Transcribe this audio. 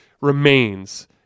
remains